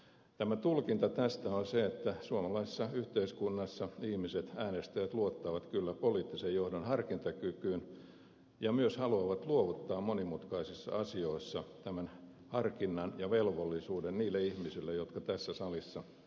tämä tulkinta tästä on se että suomalaisessa yhteiskunnassa ihmiset äänestäjät luottavat kyllä poliittisen johdon harkintakykyyn ja myös haluavat luovuttaa monimutkaisissa asioissa tämän harkinnan ja velvollisuuden niille ihmisille jotka tässä salissa istuvat